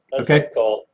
Okay